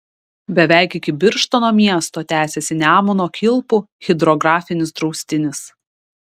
beveik iki birštono miesto tęsiasi nemuno kilpų hidrografinis draustinis